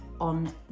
on